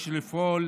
יש לפעול